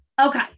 Okay